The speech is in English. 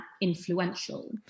influential